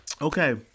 Okay